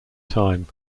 time